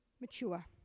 mature